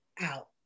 out